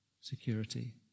security